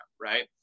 right